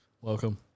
Welcome